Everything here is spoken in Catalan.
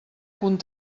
punt